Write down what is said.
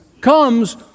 comes